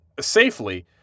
safely